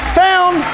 found